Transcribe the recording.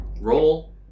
Roll